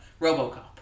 robocop